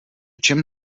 čem